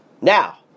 Now